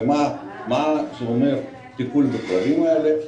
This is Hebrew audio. ומה זה אומר טיפול בכלבים האלה?